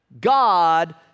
God